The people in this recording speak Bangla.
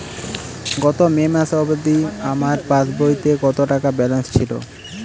গত মে মাস অবধি আমার পাসবইতে কত টাকা ব্যালেন্স ছিল?